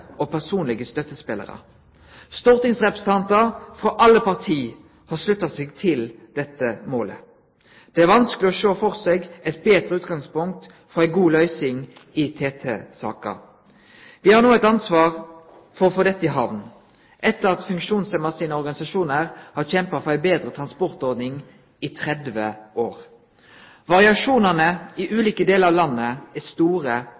og personlege støttespelarar. Stortingsrepresentantar frå alle parti har slutta seg til dette målet. Det er vanskeleg å sjå for seg eit betre utgangspunkt for ei god løysing i TT-saka. Vi har no eit ansvar for å få dette i hamn, etter at funksjonshemma sine organisasjonar har kjempa for ei betre transportordning i 30 år. Variasjonane i ulike deler av landet er store